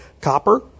copper